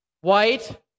white